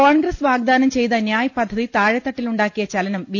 കോൺഗ്രസ് വാഗ്ദാനം ചെയ്ത ന്യായ് പദ്ധതി താഴെ തട്ടി ലുണ്ടാക്കിയ ചലനം ബി